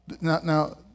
now